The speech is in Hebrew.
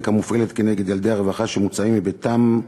המופעלת נגד ילדי הרווחה שמוצאים מביתם,